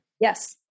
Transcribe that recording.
Yes